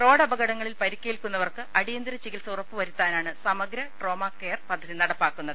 റോഡപകടങ്ങളിൽ പരിക്കേൽക്കുന്നവർക്ക് അടിയന്തിര് ചികിത്സ ഉറപ്പുവരുത്താനാണ് സമഗ്ര ട്രോമാകെയർ പദ്ധതി നടപ്പാക്കുന്നത്